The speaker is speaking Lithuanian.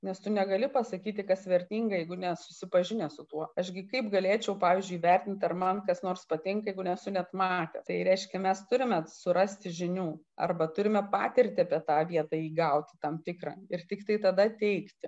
nes tu negali pasakyti kas vertinga jeigu nesusipažinęs su tuo aš gi kaip galėčiau pavyzdžiui vertint ar man kas nors patinka jeigu nesu net matęs tai reiškia mes turime surasti žinių arba turime patirtį apie tą vietą įgauti tam tikrą ir tiktai tada teikti